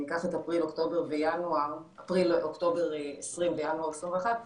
ניקח את אפריל ואוקטובר 20' וינואר 21',